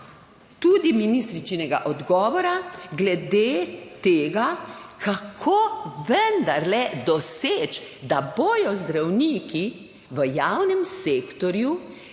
tudi ministričinega odgovora glede tega, kako vendarle doseči, da bodo zdravniki v javnem sektorju